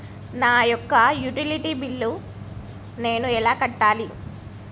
నా యొక్క utility bill నేను ఎలా కట్టాలి?